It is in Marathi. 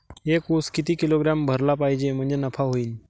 एक उस किती किलोग्रॅम भरला पाहिजे म्हणजे नफा होईन?